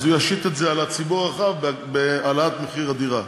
אז הוא ישית את זה על הציבור הרחב בהעלאת מחיר הדירה.